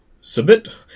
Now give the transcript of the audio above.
submit